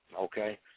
okay